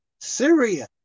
Syria